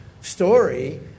story